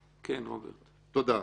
רוברט טיבייב,